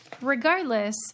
Regardless